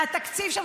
והתקציב שם,